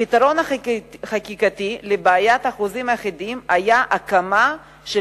הפתרון החקיקתי לבעיית החוזים האחידים היה הקמה של